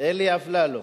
אלי אפללו